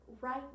right